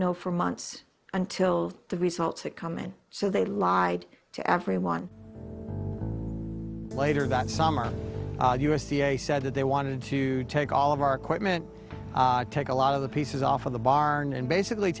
know for months until the results that come in so they lied to everyone later that summer u s d a said that they wanted to take all of our equipment take a lot of the pieces off of the barn and basically